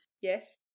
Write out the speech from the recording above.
yes